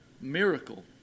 miracle